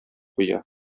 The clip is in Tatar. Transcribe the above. куя